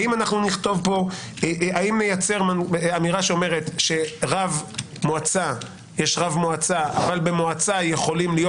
האם נייצר אמירה שאומרת שיש רב מועצה אבל במועצה יכולים להיות